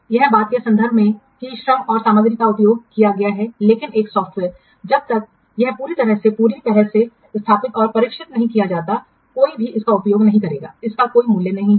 इस बात के संदर्भ में कि श्रम और सामग्री का उपयोग किया गया है लेकिन एक सॉफ्टवेयर जब तक यह पूरी तरह से पूरी तरह से स्थापित और परीक्षण नहीं किया जाता है कोई भी इसका उपयोग नहीं करेगा इसका कोई मूल्य नहीं है